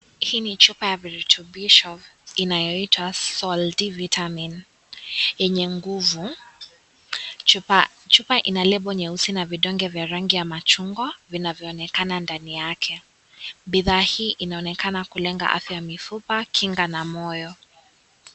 Hii ni chupa ya virutubisho inayoitwa Soldi vitamin yenye nguvu. Chupa ina lebo nyeusi na vidonge vya rangi ya machungwa vinavyoonekana ndani yake. Bidhaa hii inaonekana kulenga afya ya mifupa, kinga na moyo.